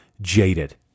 jaded